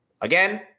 Again